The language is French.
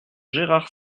gérard